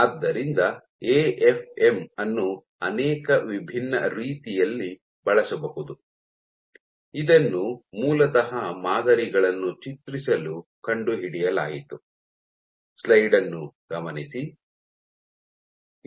ಆದ್ದರಿಂದ ಎಎಫ್ಎಂ ಅನ್ನು ಅನೇಕ ವಿಭಿನ್ನ ರೀತಿಯಲ್ಲಿ ಬಳಸಬಹುದು ಇದನ್ನು ಮೂಲತಃ ಮಾದರಿಗಳನ್ನು ಚಿತ್ರಿಸಲು ಕಂಡುಹಿಡಿಯಲಾಯಿತು